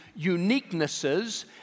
uniquenesses